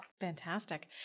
Fantastic